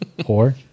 Poor